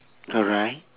alright